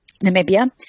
Namibia